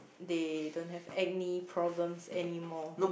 they don't have acne problems anymore